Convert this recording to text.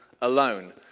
alone